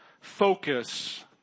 focus